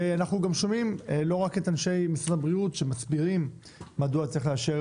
ואנחנו גם שומעים לא רק את אנשי משרד הבריאות שמסבירים מדוע צריך לאשר